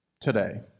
today